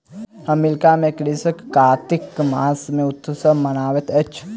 America में कृषक कार्तिक मास मे उत्सव मनबैत अछि